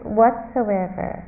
whatsoever